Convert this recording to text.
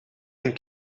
een